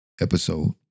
episode